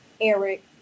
Eric